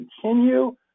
continue